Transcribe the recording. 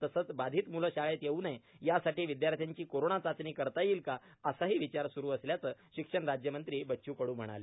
तसेच बाधित मुलं शाळेत येऊ नये या साठी विद्यार्थ्यांची कोरोना चाचणी करता येईल का असाही विचार स्रू असल्याच शिक्षण राज्यमंत्री बच्चू कडू म्हणाले